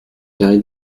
carré